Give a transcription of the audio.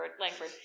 Langford